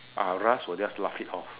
ah ras will just laugh it off